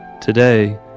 Today